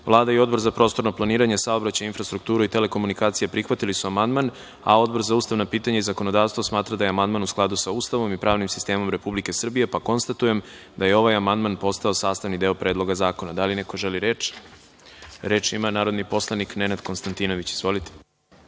i Odbor za prostorno planiranje, saobraćaj, infrastrukturu i telekomunikacije prihvatili su amandman. Odbor za ustavna pitanja i zakonodavstvo smatra da je amandman u skladu sa Ustavom i pravnim sistemom Republike Srbije. Konstatujem da je ovaj amandman postao sastavni deo Predloga zakona. Da li neko želi reč? Reč ima narodni poslanik Nenad Konstantinović.